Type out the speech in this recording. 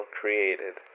created